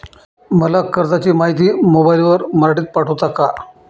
मला कर्जाची माहिती मोबाईलवर मराठीत पाठवता का?